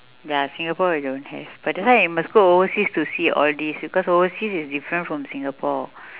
ya singapore we don't have but that's why we must go overseas to see all these because overseas is different from singapore